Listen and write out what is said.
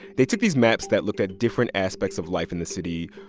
they took these maps that looked at different aspects of life in the city.